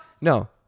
No